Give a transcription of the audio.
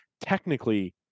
technically